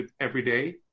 everyday